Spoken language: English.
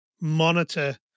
monitor